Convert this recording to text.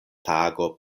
tago